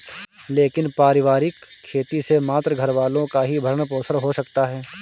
लेकिन पारिवारिक खेती से मात्र घरवालों का ही भरण पोषण हो सकता है